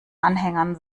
anhängern